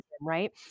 right